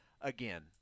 again